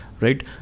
right